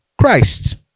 Christ